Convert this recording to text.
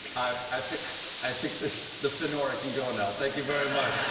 i think i think the the finorah can go now. thank you very much.